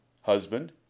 husband